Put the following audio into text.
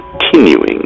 continuing